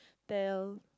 tell